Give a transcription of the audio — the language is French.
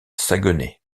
saguenay